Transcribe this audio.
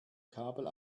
kabel